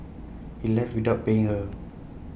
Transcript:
he left without paying her